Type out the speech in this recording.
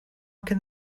can